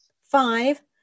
five